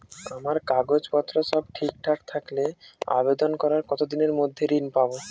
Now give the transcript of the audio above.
আমার কাগজ পত্র সব ঠিকঠাক থাকলে আবেদন করার কতদিনের মধ্যে ঋণ পাব?